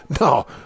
no